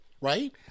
Right